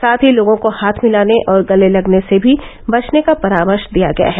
साथ ही लोगों को हाथ मिलाने और गले लगने से भी बचने का परामर्श दिया गया है